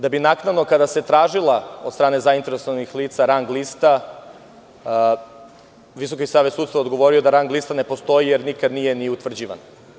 Da bi naknadno, kada se tražila od strane zainteresovanih lica rang lista, Visoki savet sudstva odgovorio da rang lista ne postoji, jer nikad nije ni utvrđivana.